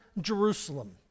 Jerusalem